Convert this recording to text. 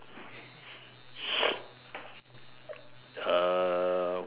uh